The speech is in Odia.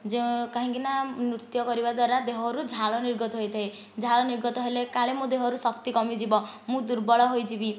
ଯେ କାହିଁକି ନା ନୃତ୍ୟ କରିବାଦ୍ୱାରା ଦେହରୁ ଝାଳ ନିର୍ଗତ ହେଇଥାଏ ଝାଳ ନିର୍ଗତ ହେଲେ କାଳେ ମୋ ଦେହରୁ ଶକ୍ତି କମିଯିବ ମୁଁ ଦୁର୍ବଳ ହୋଇଯିବି